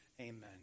Amen